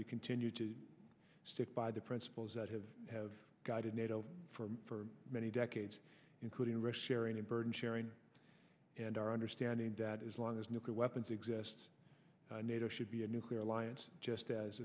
we continue to stick by the prince those that have have guided nato for for many decades including russia sharing and burden sharing and our understanding that as long as nuclear weapons exist nato should be a nuclear alliance just as